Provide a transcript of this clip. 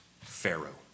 Pharaoh